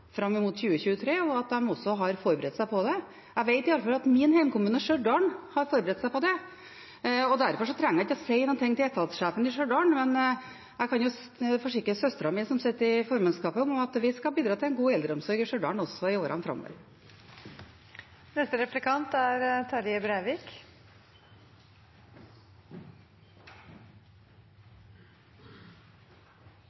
fram mot 2023, og at de også har forberedt seg på det. Jeg vet at i alle fall min hjemkommune, Stjørdal, har forberedt seg på det. Derfor trenger jeg ikke å si noe til etatssjefen i Stjørdal, men jeg kan jo forsikre søsteren min, som sitter i formannskapet, om at vi skal bidra til en god eldreomsorg i Stjørdal også i årene